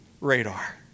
radar